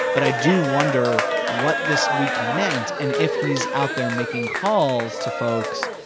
but i do wonder what this week meant and if he's out there making calls to folks.